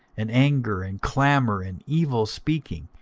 and anger, and clamour, and evil speaking,